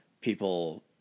people